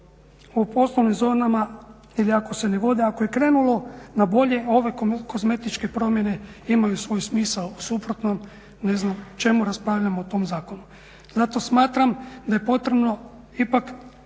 u poslovnim zonama ili ako se ne vode, ako je krenulo na bolje ove kozmetičke promjene imaju svoj smisao. U suprotnom ne znam čemu raspravljamo o tom zakonu. Zato smatram da je potrebno ipak